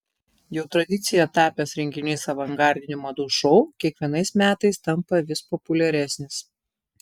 jau tradicija tapęs renginys avangardinių madų šou kiekvienais metais tampa vis populiaresnis